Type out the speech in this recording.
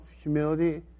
humility